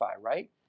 right